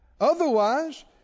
Otherwise